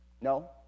No